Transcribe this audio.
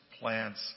plants